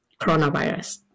coronavirus